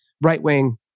right-wing